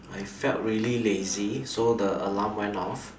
I felt really lazy so the alarm went off